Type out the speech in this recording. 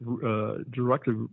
directly